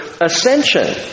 ascension